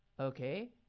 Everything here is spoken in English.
Okay